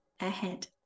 ahead